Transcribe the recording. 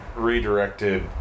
redirected